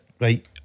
right